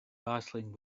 battling